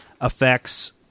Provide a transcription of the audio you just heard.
affects